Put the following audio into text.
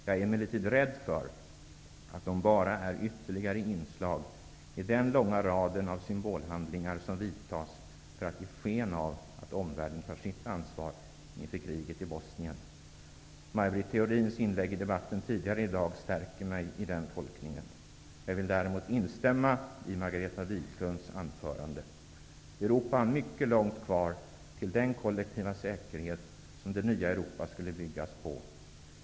Jag är emellertid rädd för att de bara är ytterligare inslag i den långa rad av symbolhandlingar som vidtas för att ge sken av att omvärlden tar sitt ansvar inför kriget i Bosnien. Maj Britt Theorins inlägg i debatten tidigare i dag stärker mig i den tolkningen. Däremot instämmer jag i Margareta Viklunds anförande. Europa har mycket långt kvar till den kollektiva säkerhet som det nya Europa skulle byggas på.